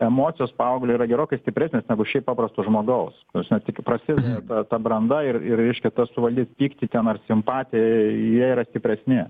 emocijos paauglio yra gerokai stipresnės negu šiaip paprasto žmogaus ta prasme taigi prasideda ta branda ir ir reiškia tą suvaldyt pyktį ten ar simpatiją jie yra stipresni